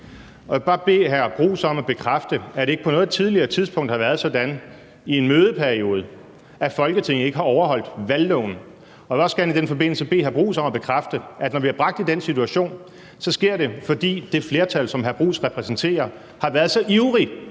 noget tidligere tidspunkt har været sådan i en mødeperiode, at Folketinget ikke har overholdt valgloven. Jeg vil også gerne i den forbindelse bede hr. Jeppe Bruus om at bekræfte, at når vi er bragt i den situation, er det, fordi det flertal, som hr. Jeppe Bruus repræsenterer, har været så ivrige